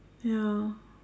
ya